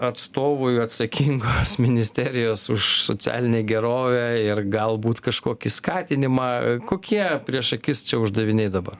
atstovui atsakingos ministerijos už socialinę gerovę ir galbūt kažkokį skatinimą kokie prieš akis čia uždaviniai dabar